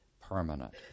permanent